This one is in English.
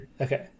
Okay